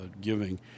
giving